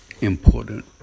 important